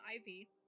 Ivy